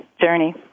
journey